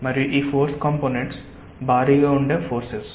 మరియు ఈ force components భారీగా ఉండే ఫోర్సెస్